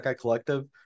Collective